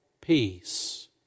peace